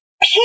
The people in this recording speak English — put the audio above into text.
hey